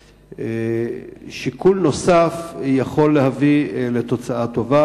ששיקול נוסף יכול להביא לתוצאה טובה,